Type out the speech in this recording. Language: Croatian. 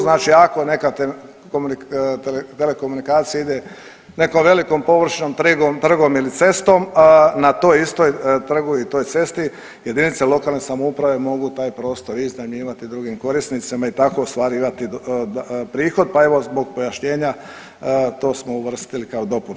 Znači ako neka telekomunikacija ide nekom velikom površinom, trgom ili cestom, na to istoj trgu i toj cesti jedinice lokalne samouprave mogu taj prostor iznajmljivati drugim korisnicima i tako ostvarivati prihod, pa evo, zbog pojašnjenja to smo uvrstili kao dopunu.